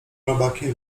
robaki